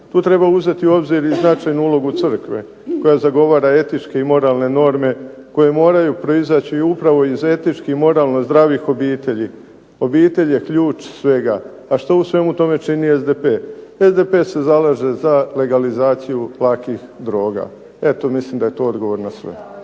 Tu treba uzeti u obzir i značajnu ulogu crkve koja zagovara etičke i moralne norme koje moraju proizaći upravo iz etičkih moralno zdravih obitelji, obitelj je ključ svega, a što u svemu tome čini SDP? SDP se zalaže za legalizaciju lakih droga. Eto mislim da je to odgovor na sve.